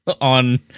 on